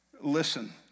Listen